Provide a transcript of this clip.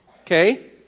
okay